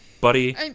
Buddy